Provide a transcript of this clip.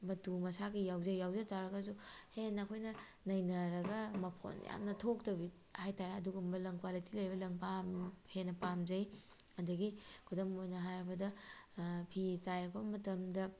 ꯃꯇꯨ ꯃꯁꯥꯀꯩ ꯌꯥꯎꯖꯩ ꯌꯥꯎꯖꯇꯥꯔꯒꯁꯨ ꯍꯦꯟꯅ ꯑꯩꯈꯣꯏꯅ ꯅꯩꯅꯔꯒ ꯃꯐꯣꯟ ꯌꯥꯝꯅ ꯊꯣꯛꯇꯕꯤ ꯍꯥꯏꯇꯥꯔꯦ ꯑꯗꯨꯒꯨꯝꯕ ꯂꯪ ꯀ꯭ꯋꯥꯂꯤꯇꯤ ꯂꯩꯕ ꯂꯪ ꯍꯦꯟꯅ ꯄꯥꯝꯖꯩ ꯑꯗꯒꯤ ꯈꯨꯗꯝ ꯑꯣꯏꯅ ꯍꯥꯏꯔꯕꯗ ꯐꯤ ꯇꯥꯏꯔꯛꯄ ꯃꯇꯝꯗ